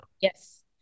yes